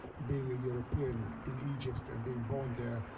being a european in egypt and being born there.